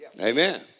Amen